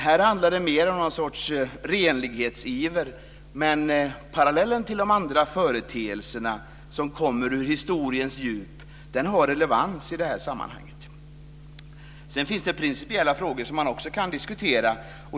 Här handlar det mer om någon sorts renlighetsiver, men parallellen till de andra företeelser som kommer ur historiens djup har relevans i det här sammanhanget. Sedan finns det principiella frågor som också kan diskuteras.